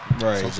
Right